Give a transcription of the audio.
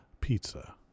pizza